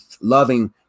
loving